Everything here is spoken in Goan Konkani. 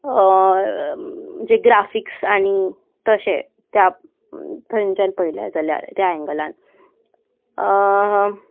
जे ग्राफिक्स आनी तशें त्या थंयच्यान पयलें जाल्यार त्या एंगलान